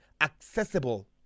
accessible